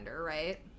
right